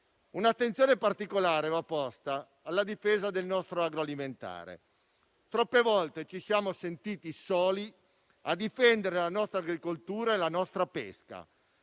Un'attenzione particolare va posta alla difesa del nostro agroalimentare. Troppe volte ci siamo sentiti soli a difendere la nostra agricoltura e la nostra pesca.